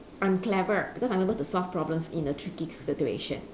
I'm clever because I'm able to solve problems in a tricky sit~ situation